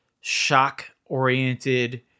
shock-oriented